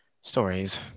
stories